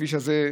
הכביש הזה,